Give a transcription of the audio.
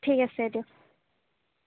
ঠিক আছে দিয়ক